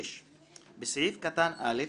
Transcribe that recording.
6. בסעיף קטן (א),